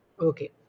Okay